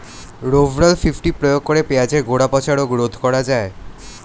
Rovral fifty প্রয়োগ করে পেঁয়াজের গোড়া পচা রোগ রোধ করা যায়?